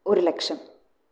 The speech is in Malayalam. ഒരു ലക്ഷം